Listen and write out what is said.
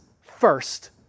first